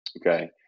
okay